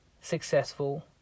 successful